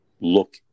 look